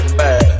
bad